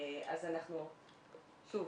אז אנחנו, שוב,